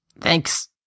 thanks